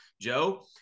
Joe